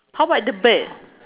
how about the bird